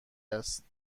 است